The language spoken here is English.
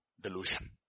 delusion